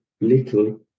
little